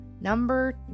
Number